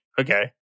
okay